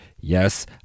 Yes